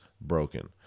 broken